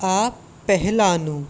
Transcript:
આ પહેલાંનું